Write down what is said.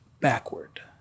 backward